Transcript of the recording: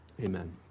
Amen